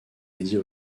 dédiée